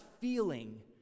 feeling